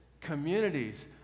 communities